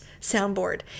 soundboard